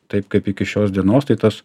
taip kaip iki šios dienos tai tas